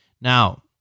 Now